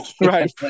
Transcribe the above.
right